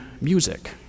music